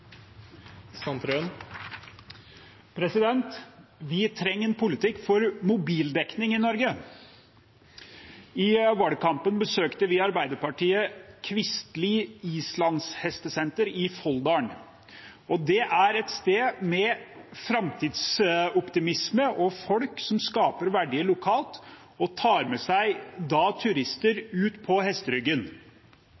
Vi trenger en politikk for mobildekning i Norge. I valgkampen besøkte vi i Arbeiderpartiet Kvistli Islandshester i Folldal. Det er et sted med framtidsoptimisme og folk som skaper verdier lokalt og tar med seg turister